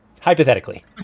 Hypothetically